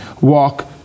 walk